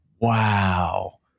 wow